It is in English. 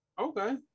Okay